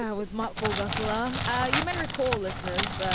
ah with muchfor ghazala ah you may recall listeners.